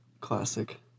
Classic